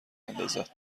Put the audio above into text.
اندازد